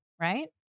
right